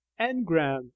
engram